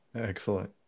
Excellent